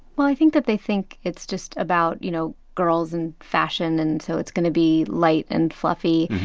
well, i think that they think it's just about, you know, girls and fashion and so it's gonna be light and fluffy.